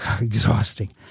exhausting